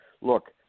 look